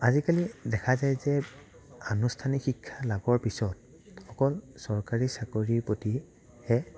আজিকালি দেখা যায় যে আনুষ্ঠানিক শিক্ষা লাভৰ পিছত অকল চৰকাৰী চাকৰীৰ প্ৰতিহে